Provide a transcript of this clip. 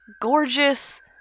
gorgeous